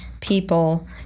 people